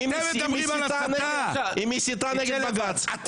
היא מסיתה נגד בג"ץ, אותי אתה מוציא?